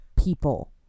people